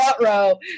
row